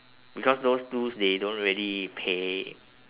because those twos they don't really pay